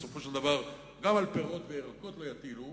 בסופו של דבר, גם על פירות וירקות לא יטילו,